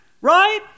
right